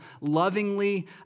lovingly